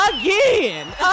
Again